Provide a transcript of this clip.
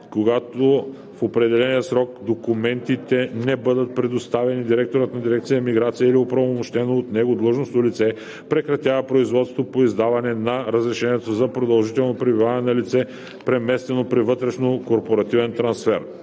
Когато в определения срок документите не бъдат представени, директорът на дирекция „Миграция“ или оправомощено от него длъжностно лице прекратява производството по издаване на разрешението за продължително пребиваване на лице, преместено при вътрешнокорпоративен трансфер.